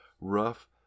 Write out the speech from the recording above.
rough